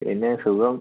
പിന്നെ സുഖം